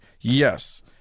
Yes